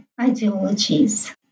ideologies